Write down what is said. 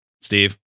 Steve